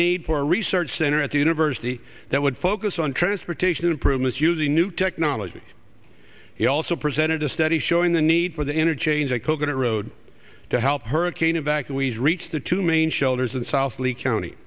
need for a research center at the university that would focus on transportation improvements using new technology he also presented a study showing the need for the interchange a coconut road to help hurricane evacuees reach the two main shelters in south lee county